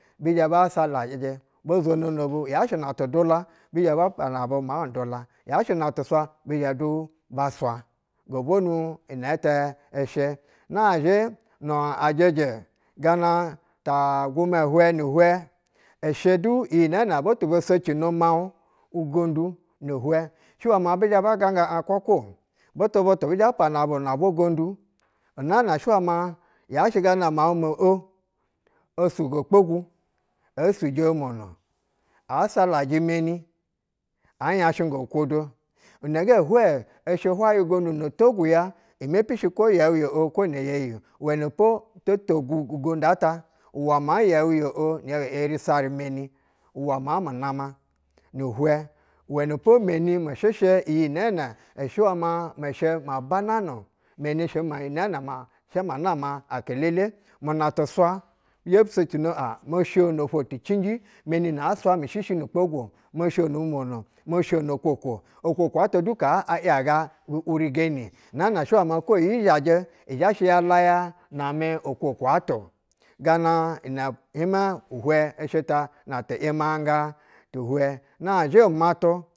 Bizhɛ ba salajɛ, bo zwonono bu, yashɛ una tu dula, bi zhɛ baa salajɛ maa dula, ya shɛ una tu swa bi zhɛ du ba swa. Go bwonu inɛɛtɛ. I shɛ. Nazhɛ na ajɛjɛ gana ta-a aguma hwɛ ni hwɛ ishɛ du iyi nɛɛnɛ butu bo socino miauɧ ugaiƌu uhwɛ shɛ wɛ ma bizhɛ biganga aɧ kwakwa-o butu butu bi zhɛ ba pana bu una bwa ugonƌu unaa na shɛ uwɛ ma yasha gana miauɧ mo o osugo kpogu, e suje umwono a-a salajɛ meni, a nyashɛnga nkwodo. Inɛgɛ hwɛ ishɛ hwayɛ goudu na togwu ya imepish kwa yɛu yo o kwo inɛ yeyi-o, uwɛnɛpo to togu ugondu ata uwɛ maa yɛu yo’o ni yɛ-u yeyi e’yeri sarɛ meni uwɛ maa mu nama ni ihwɛ. uwɛnɛ po meni mɛshɛshɛ iyi nɛɛnɛ ishɛ ya ma ishɛ ya banana meni shɛ ma nama shɛ inanama aka lele. Muna tu swa bi zhɛ socino aɧ mo sho nofwo ti cinji, meni na a swa mi shi shi nu-ukpogu-o, mosho nu-umwono mo sho no-okwokwo okwokwo ta dukaa a yaga bu wurigo nɛɛnɛ shɛ uwɛ kwo iyi zhajɛ zhashɛ ya laya na mɛ ihwɛ ishɛ ta na ti iyimanga ti hwɛ tɛ shɛ ta. Na zhɛ umatu